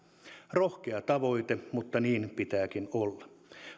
rohkea tavoite mutta niin pitääkin olla